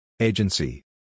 Agency